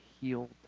healed